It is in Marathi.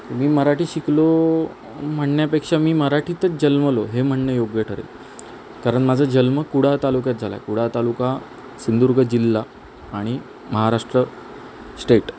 मी मराठी शिकलो म्हणण्यापेक्षा मी मराठीतच जन्मलो हे म्हणणं योग्य ठरेल कारण माझा जन्म कुडाळ तालुक्यात झाला आहे कुडाळ तालुका सिंदुधुर्ग जिल्हा आणि महाराष्ट्र श्टेट